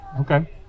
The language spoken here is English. Okay